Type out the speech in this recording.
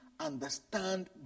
understand